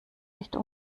nicht